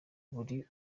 kuri